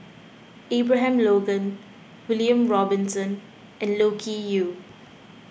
Abraham Logan William Robinson and Loke Yew